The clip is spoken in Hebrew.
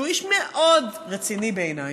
שהוא איש מאוד רציני בעיניי,